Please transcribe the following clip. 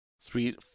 Three